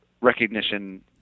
recognition